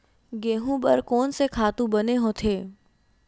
गेहूं बर कोन से खातु बने होथे?